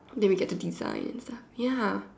then we get to designs ya